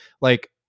Like-